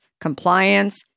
compliance